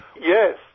Yes